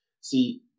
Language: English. See